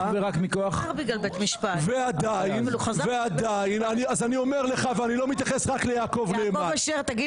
ואני לא מתייחס רק ליעקב נאמן.